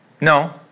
No